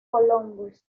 columbus